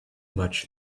much